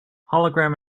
hologram